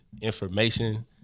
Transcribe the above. information